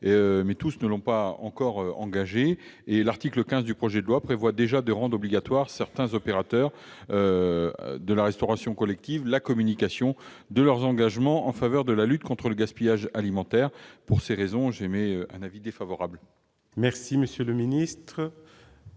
mais tous ne se sont pas encore engagés dans la démarche. L'article 15 du projet de loi prévoit déjà de rendre obligatoire pour certains opérateurs de la restauration collective la communication de leurs engagements en faveur de la lutte contre le gaspillage alimentaire. Pour ces raisons, j'émets un avis défavorable. Je mets aux voix